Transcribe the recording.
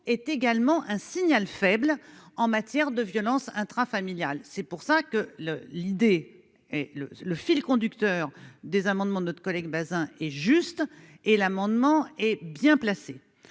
est également un signal faible en matière de violences intrafamiliales, c'est pour ça que le l'idée et le le fil conducteur des amendements de notre collègue Bazin et juste, et l'amendement hé bien placé,